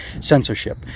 censorship